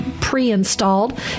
pre-installed